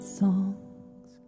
songs